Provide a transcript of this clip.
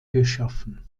geschaffen